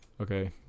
Okay